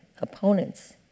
opponents